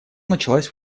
началась